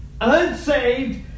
unsaved